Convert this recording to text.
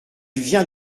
vient